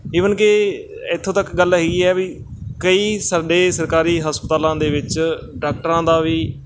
even ਕਿ ਇੱਥੋਂ ਤੱਕ ਗੱਲ ਹੈਗੀ ਆ ਵੀ ਕਈ ਸਾਡੇ ਸਰਕਾਰੀ ਹਸਪਤਾਲਾਂ ਦੇ ਵਿੱਚ ਡਾਕਟਰਾਂ ਦਾ ਵੀ